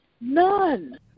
None